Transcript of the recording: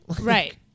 Right